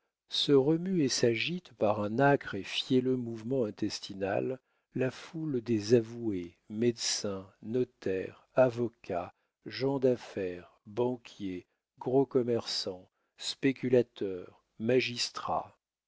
se remue et s'agite par un âcre et fielleux mouvement intestinal la foule des avoués médecins notaires avocats gens d'affaires banquiers gros commerçants spéculateurs magistrats